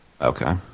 Okay